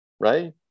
right